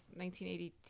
1982